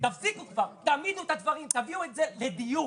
תפסיקו כבר, תעמידו את הדברים, תביאו את זה לדיון.